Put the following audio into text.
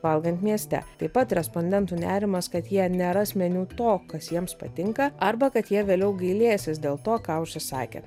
valgant mieste taip pat respondentų nerimas kad jie neras meniu to kas jiems patinka arba kad jie vėliau gailėsis dėl to ką užsisakė